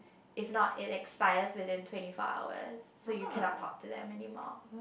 if not it expires within twenty four hours so you cannot talk to them anymore